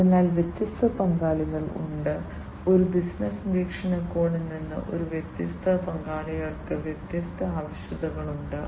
അതിനാൽ വ്യത്യസ്ത പങ്കാളികൾ ഉണ്ട് ഒരു ബിസിനസ്സ് വീക്ഷണകോണിൽ നിന്ന് ഈ വ്യത്യസ്ത പങ്കാളികൾക്ക് വ്യത്യസ്ത ആവശ്യകതകളുണ്ട്